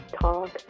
talk